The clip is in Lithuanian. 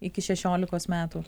iki šešiolikos metų